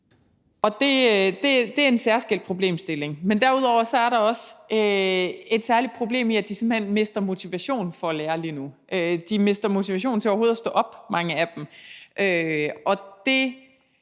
Det er en særskilt problemstilling. Men derudover er der også et særligt problem i, at de simpelt hen mister motivationen for at lære lige nu. De mister motivationen til overhovedet at stå op, mange af dem,